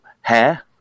hair